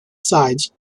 sides